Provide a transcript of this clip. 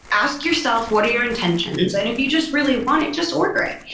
ask yourself what are your intentions? and if you just really want it. just order it.